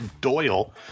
Doyle